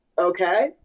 Okay